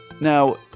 Now